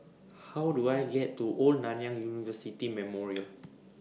How Do I get to Old Nanyang University Memorial